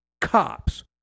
cops